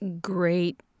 great